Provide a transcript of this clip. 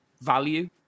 Value